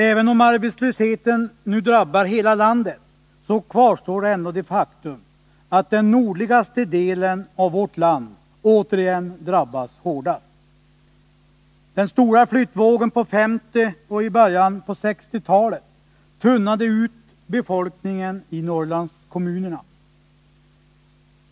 Även om arbetslösheten nu drabbar hela landet, så kvarstår ändå det faktum att den nordligaste delen av vårt land återigen drabbas hårdast. Den stora flyttvågen på 1950-talet och i början på 1960-talet tunnade ut befolkningen i Norrlandskommunerna.